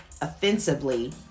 offensively